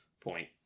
point